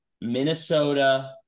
Minnesota